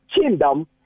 kingdom